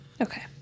Okay